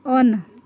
on